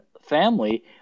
family